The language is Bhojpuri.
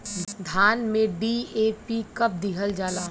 धान में डी.ए.पी कब दिहल जाला?